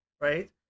right